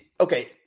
okay